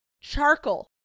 Charcoal